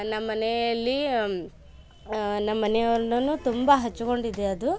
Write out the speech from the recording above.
ನಮ್ಮನೆಯಲ್ಲಿ ನಮ್ಮನೆಯವ್ರುನ್ನು ತುಂಬ ಹಚ್ಚಿಕೊಂಡಿದೆ ಅದು